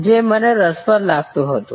જે મને રસપ્રદ લાગતું હતું